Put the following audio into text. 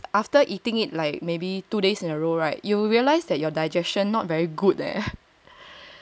the thing is after eating it like maybe two days in a row right you realize that your digestion not very good leh